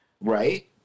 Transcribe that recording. Right